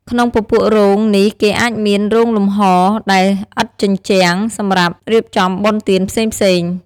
ក្នុងពពួករោងនេះគេអាចមាន “រោងលំហ” ដែលឥតជញ្ជាំង សម្រាប់រៀបចំបុណ្យទានផ្សេងៗ។